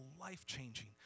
life-changing